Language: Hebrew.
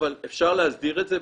אבל אפשר להסדיר את זה.